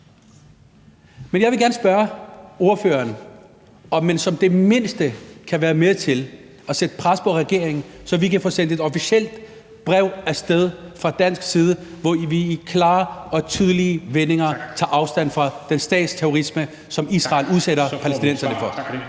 Jeg vil gerne spørge ordføreren, om man som det mindste kan være med til at sætte pres på regeringen, så vi kan få sendt et officielt brev af sted fra dansk side, hvor vi i klare og tydelige vendinger tager afstand fra den statsterrorisme, som Israel udsætter palæstinenserne for.